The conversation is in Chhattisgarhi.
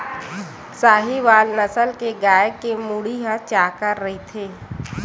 साहीवाल नसल के गाय के मुड़ी ह चाकर रहिथे